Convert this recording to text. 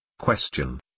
Question